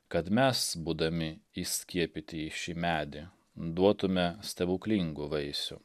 kad mes būdami įskiepyti į šį medį duotume stebuklingų vaisių